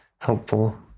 helpful